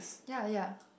ya ya